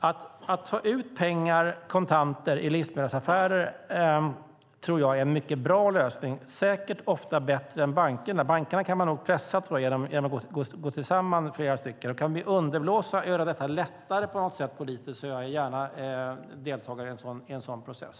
Att ta ut kontanter i livsmedelsaffärer tror jag är en mycket bra lösning, säkert ofta bättre än bankerna. Bankerna kan man nog pressa genom att gå samman flera stycken. Kan vi politiskt underblåsa detta och göra det lättare deltar jag gärna i en sådan process.